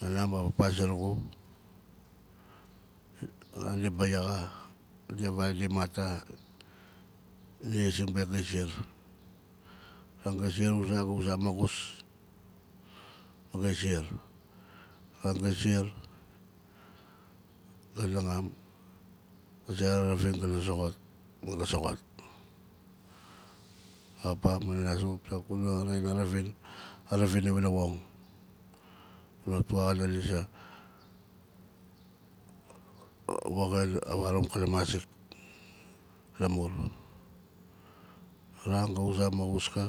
Nana ma papa zurugu a ran di baiyaxa nandia di mat ya ni zing be gai ziar a ran gai ziar uza, uza maaxus gai ziar a ran gai ziar ga naaxam a zera ravin ga na zoxot ma ga soxot papa ma nana zurugu piat gu na rain a ravin a ravin iwana woxan kunaa tua xa na liz woxin a waraam kanaa mazik lamur a ran ga uza maaxus ka